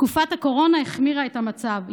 תקופת הקורונה החמירה את המצב.